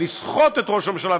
לסחוט את ראש הממשלה,